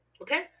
okay